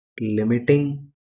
limiting